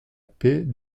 paix